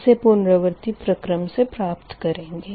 इसे पुनरावर्ती प्रक्रम से प्राप्त करेंगे